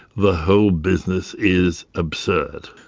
the whole business is absurd.